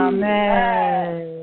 Amen